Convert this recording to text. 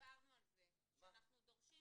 דיברנו על זה שאנחנו דורשים